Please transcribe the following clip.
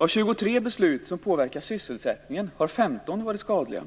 Av 23 beslut som påverkar sysselsättningen har 15 varit skadliga.